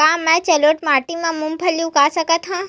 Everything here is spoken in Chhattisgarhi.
का मैं जलोढ़ माटी म मूंगफली उगा सकत हंव?